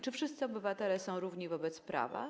Czy wszyscy obywatele są równi wobec prawa?